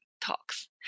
talks